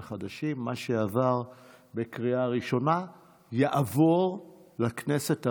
מה שעבר בקריאה ראשונה יעבור לכנסת הבאה,